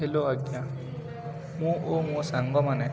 hello ଆଜ୍ଞା ମୁଁ ଓ ମୋ ସାଙ୍ଗମାନେ